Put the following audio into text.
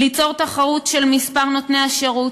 ליצור תחרות של כמה נותני שירות,